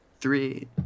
three